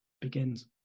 begins